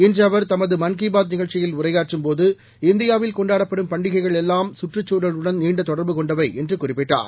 இன்றுஅவர்தனது மன்கிபாத் நிகழ்ச்சியில்உரையாற்றும் போது இந்தியாவில்கொண்டாடப்படும்பண்டிகைகள்எல்லாம் சுற்றுச்சூழலுடன்நீண்டதொடர்புகொண்டவைஎன்றுகுறிப்பி ட்டார்